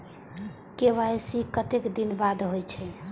KYC कतेक दिन बाद होई छै?